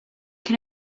can